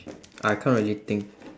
I can't really think